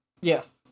Yes